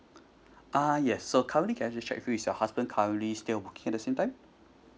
uh yes so currently can I just check with you is your husband currently still working at the same time